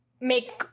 make